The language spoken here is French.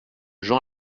jean